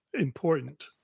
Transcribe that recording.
important